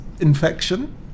infection